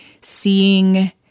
seeing